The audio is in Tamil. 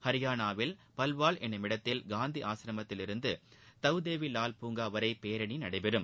ஹரியானாவில் பல்வால் என்னும் இடத்தில் காந்தி ஆசிரமத்தில் இருந்து தவ் தேவி லால் பூங்கா வரை பேரணி நடைபெறும்